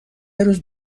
روز